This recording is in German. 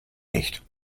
nicht